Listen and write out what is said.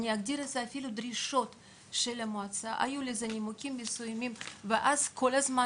היו לזה נימוקים מסוימים ואז כל הזמן